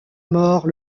mort